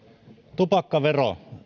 tupakkavero